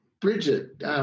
Bridget